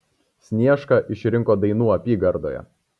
sniešką išrinko dainų apygardoje